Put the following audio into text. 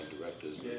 directors